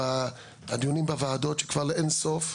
והדיונים בוועדות שכבר נידונים באין סוף.